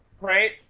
right